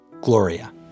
Gloria